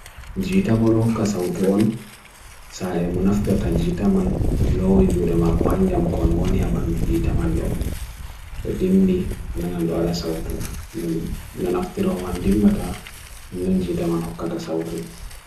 Jita bolo hukka sa utu on, sahe munaftheta jita man, lhoi jure makohan jamukon oni habandu jita mando. Tadimbi hanananda warasawutu, nunafthiro man dimbata nunun jita man hukka tasawutu.